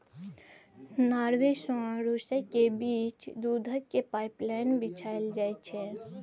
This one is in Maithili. नार्वे सँ रुसक बीच दुधक पाइपलाइन बिछाएल छै